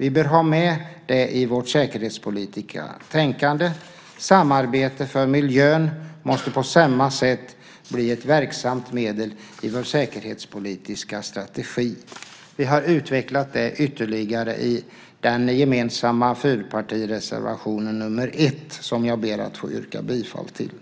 Vi bör ha med det i vårt säkerhetspolitiska tänkande. Samarbete för miljön måste på samma sätt bli ett verksamt medel i vår säkerhetspolitiska strategi. Vi har utvecklat det ytterligare i vår gemensamma fyrpartireservation nr 1 som jag ber att få yrka bifall till.